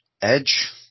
Edge